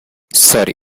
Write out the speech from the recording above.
sorry